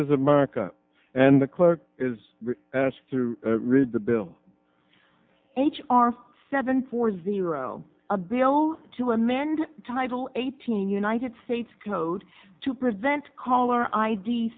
of america and the click is asked to read the bill h r seven four zero a bill to amend title eighteen united states code to prevent caller i